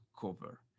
cover